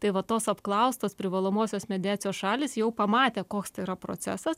tai va tos apklaustos privalomosios mediacijos šalys jau pamatė koks tai yra procesas